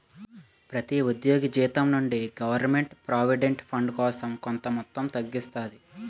ప్రతి ఉద్యోగి జీతం నుండి గవర్నమెంట్ ప్రావిడెంట్ ఫండ్ కోసం కొంత మొత్తం తగ్గిస్తాది